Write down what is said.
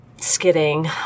skidding